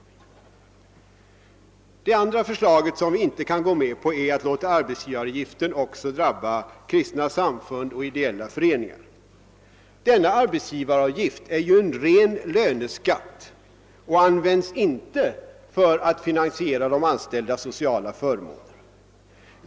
Det andra förslaget som vi inte kan gå med på är att låta arbetsgivaravgiften drabba också kristna samfund och ideella föreningar. Denna avgift är ju en ren löneskatt och används inte för att finansiera de anställdas sociala förmåner.